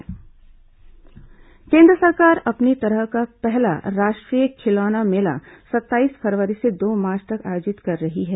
राष्ट्रीय खिलौना मेला केन्द्र सरकार अपनी तरह का पहला राष्ट्रीय खिलौना मेला सत्ताईस फरवरी से दो मार्च तक आयोजित कर रही है